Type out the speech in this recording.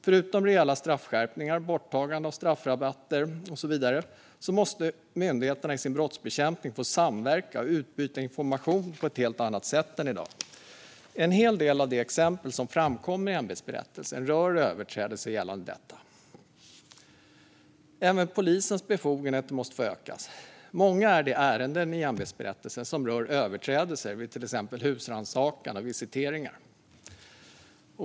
Förutom rejäla straffskärpningar, borttagande av straffrabatter och så vidare måste myndigheterna i sin brottsbekämpning få samverka och utbyta information på ett helt annat sätt än i dag. En hel del av de exempel som framkommer i ämbetsberättelsen rör överträdelser gällande detta. Även polisens befogenheter måste ökas. Många är de ärenden i ämbetsberättelsen som rör överträdelser vid till exempel husrannsakan och visiteringar.